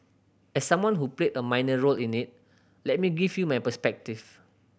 as someone who played a minor role in it let me give you my perspective